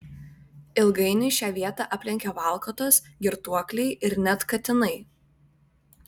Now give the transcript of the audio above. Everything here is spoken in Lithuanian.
ilgainiui šią vietą aplenkia valkatos girtuokliai ir net katinai